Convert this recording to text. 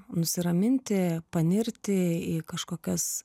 nusiraminti panirti į kažkokias